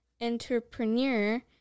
entrepreneur